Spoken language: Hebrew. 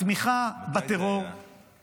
התמיכה בטרור --- מתי זה היה?